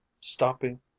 stopping